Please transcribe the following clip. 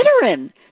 veteran